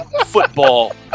football